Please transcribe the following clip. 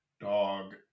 dog